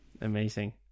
Amazing